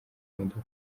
imodoka